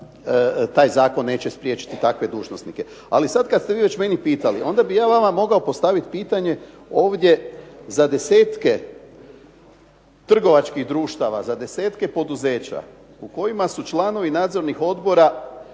taj Zakon neće spriječiti takve dužnosnike. E sada kada ste vi mene već pitali, onda bih ja mogao vama postaviti pitanje ovdje za desetke trgovačkih društava, poduzeća u kojima su članovi nadzornih odbora,